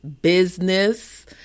business